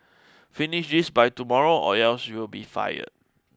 finish this by tomorrow or else you'll be fired